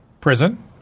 prison